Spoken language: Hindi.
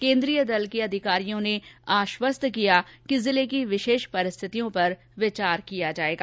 केन्द्रीय दल के अधिकारियों ने आश्वस्त किया कि जिले की विशेष परिस्थितियों पर विचार किया जाएगा